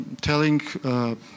telling